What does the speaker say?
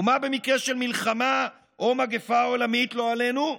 ומה במקרה של מלחמה או מגפה עולמית, לא עלינו?